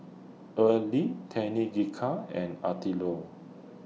Erle Tenika and Attilio